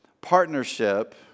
Partnership